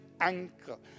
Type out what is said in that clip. ankle